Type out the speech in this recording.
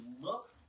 look